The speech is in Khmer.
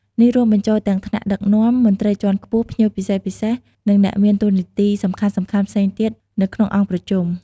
នេះរួមបញ្ចូលទាំងថ្នាក់ដឹកនាំ មន្ត្រីជាន់ខ្ពស់ ភ្ញៀវពិសេសៗ និងអ្នកមានតួនាទីសំខាន់ៗផ្សេងទៀតនៅក្នុងអង្គប្រជុំ។